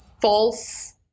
false